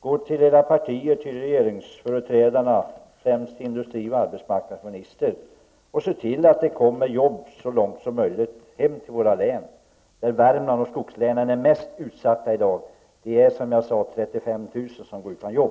Gå till era partiers regeringsföreträdare, främst till industriministern och arbetsmarknadsministern, och se till att det så långt möjligt skapas jobb i våra hemlän. Det är Värmland och skogslänen som i dag är mest utsatta. Där är det 35 000 personer som går utan jobb.